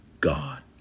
God